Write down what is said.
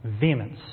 vehemence